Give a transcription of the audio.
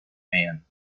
man